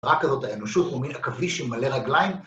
רק הזאת האנושות הוא מין עכביש עם מלא רגליים.